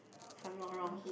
if I'm not wrong